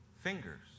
fingers